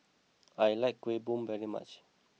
I like Kuih Bom very much